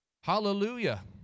Hallelujah